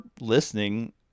listening